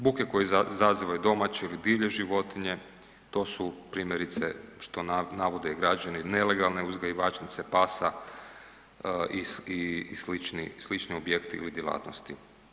Buke koje izazivaju domaće ili divlje životinje, to su primjerice, što navode i građani, nelegalne uzgajivačnice pasa i slični objekti ili djelatnosti.